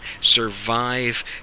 survive